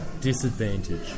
disadvantage